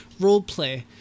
roleplay